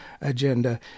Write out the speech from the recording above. agenda